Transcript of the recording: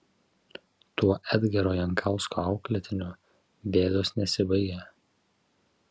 tuo edgaro jankausko auklėtinių bėdos nesibaigė